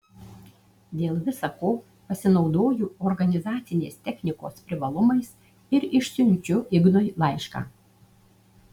dėl visa ko pasinaudoju organizacinės technikos privalumais ir išsiunčiu ignui laišką